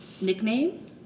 Nickname